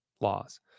laws